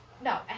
no